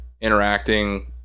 interacting